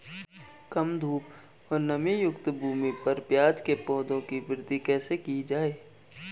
कम धूप और नमीयुक्त भूमि पर प्याज़ के पौधों की वृद्धि कैसे की जाए?